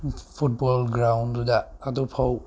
football ꯒ꯭ꯔꯥꯎꯟꯗꯨꯅ ꯑꯗꯨ ꯐꯥꯎ